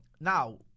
Now